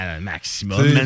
Maximum